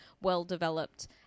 well-developed